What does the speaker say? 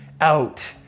out